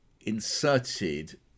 inserted